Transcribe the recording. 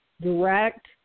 direct